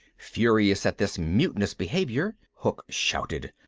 furious at this mutinous behaviour, hook shouted,